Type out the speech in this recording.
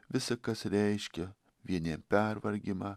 visa kas reiškia vieniem pervargimą